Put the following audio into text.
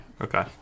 Okay